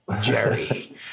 Jerry